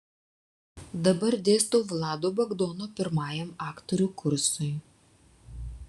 dabar dėstau vlado bagdono pirmajam aktorių kursui